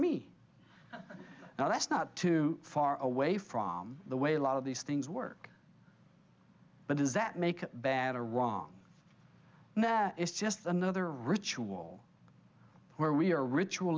me now that's not too far away from the way a lot of these things work but does that make it bad or wrong that is just another ritual where we're ritual